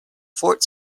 fort